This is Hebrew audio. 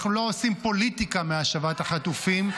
אנחנו לא עושים פוליטיקה מהשבת החטופים,